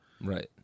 Right